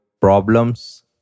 problems